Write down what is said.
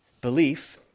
Belief